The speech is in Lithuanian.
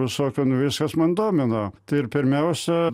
visokių viskas man domina tai ir pirmiausia